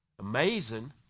Amazing